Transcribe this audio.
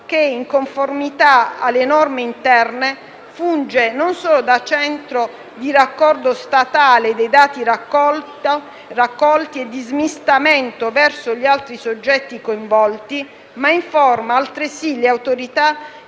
che, in conformità con le norme interne, funge non solo da centro di raccordo statale dei dati raccolti e di smistamento verso gli altri soggetti coinvolti, ma informa altresì le autorità